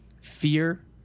fear